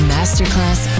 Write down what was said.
Masterclass